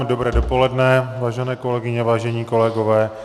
Dobré dopoledne, vážené kolegyně, vážení kolegové.